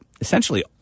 essentially